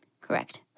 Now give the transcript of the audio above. Correct